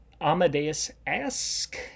Amadeus-esque